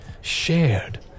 shared